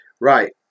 right